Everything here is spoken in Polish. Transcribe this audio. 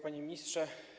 Panie Ministrze!